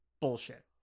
bullshit